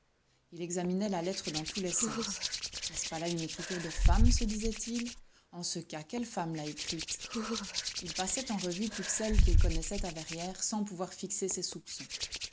il examinait la lettre dans tous les sens n'est-ce pas là une écriture de femme se disait-il en ce cas quelle femme l'a écrite il passait en revue toutes celles qu'il connaissait à verrières sans pouvoir fixer ses soupçons